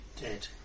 Dead